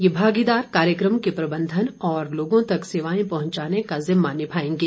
ये भागीदार कार्यक्रम के प्रबंधन और लोगों तक सेवाएं पहुंचाने का जिम्मा निभाएंगे